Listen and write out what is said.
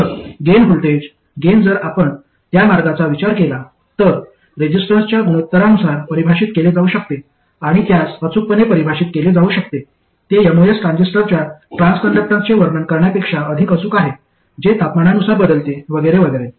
तर gain voltage gain जर आपण त्या मार्गाचा विचार केला तर रेसिस्टन्सच्या गुणोत्तरानुसार परिभाषित केले जाऊ शकते आणि त्यास अचूकपणे परिभाषित केले जाऊ शकते ते एमओएस ट्रान्झिस्टरच्या ट्रान्सकंडक्टन्सचे वर्णन करण्यापेक्षा अधिक अचूक आहे जे तापमानानुसार बदलते वगैरे वगैरे